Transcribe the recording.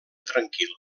tranquil